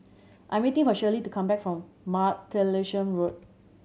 I am waiting for Shirley to come back from Martlesham Road